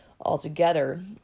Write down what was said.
altogether